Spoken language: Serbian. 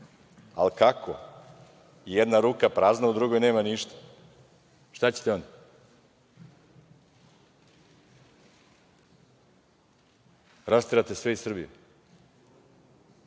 ali kako? Jedna ruka prazna, a u drugoj nema ništa. Šta ćete onda? Da rasterate sve iz Srbije?